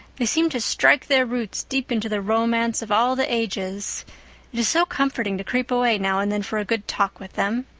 they seem to strike their roots deep into the romance of all the ages. it is so comforting to creep away now and then for a good talk with them.